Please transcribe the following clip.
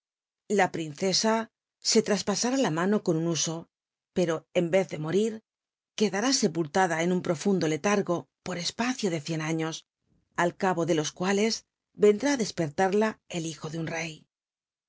la printestt se lraspa ará la mano con un huso pero en wz ele morir quedará sepultada en un profundo letargo por espacio de cien años al cabo de los cuales endrit á desperlarla el hijo de un rey